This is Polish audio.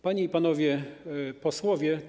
Panie i Panowie Posłowie!